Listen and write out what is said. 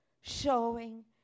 showing